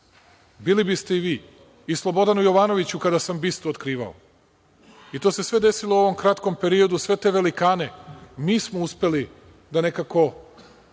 Bili biste i vi, i Slobodanu Jovanoviću kada sam bistu otkrivao, i to se sve desilo u ovom kratkom periodu, sve te velikane mi smo uspeli da nekako